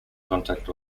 contact